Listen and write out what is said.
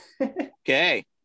Okay